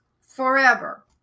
forever